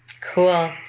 cool